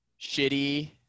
shitty